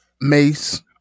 Mace